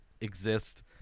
exist